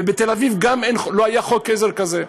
וגם בתל-אביב לא היה חוק עזר כזה.